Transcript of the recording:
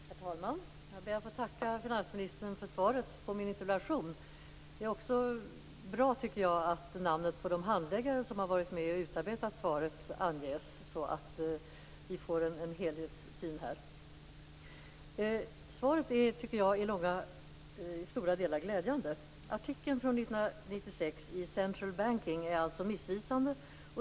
Herr talman! Jag ber att få tacka finansministern för svaret på min interpellation. Det är bra att namnen på de handläggare som har varit med och utarbetat svaret anges så att vi får en helhetssyn. Jag tycker att svaret är i stora delar glädjande. Artikeln från 1996 i Central Banking är alltså missvisande.